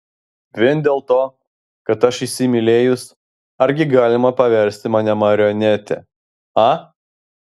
vien dėl to kad aš įsimylėjus argi galima paversti mane marionete a